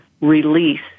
release